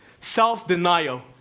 self-denial